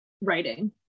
writing